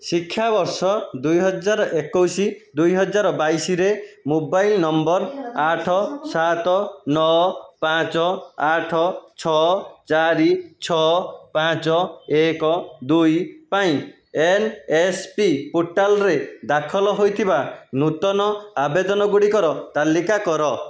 ଶିକ୍ଷାବର୍ଷ ଦୁଇହଜାରଏକୋଇଶି ଦୁଇହଜାରବାଇଶିରେ ମୋବାଇଲ୍ ନମ୍ବର୍ ଆଠ ସାତ ନଅ ପାଞ୍ଚ ଆଠ ଛଅ ଚାରି ଛଅ ପାଞ୍ଚ ଏକ ଦୁଇ ପାଇଁ ଏନ୍ ଏସ୍ ପି ପୋର୍ଟାଲ୍ରେ ଦାଖଲ ହୋଇଥିବା ନୂତନ ଆବେଦନ ଗୁଡ଼ିକର ତାଲିକା କର